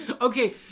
Okay